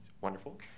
wonderful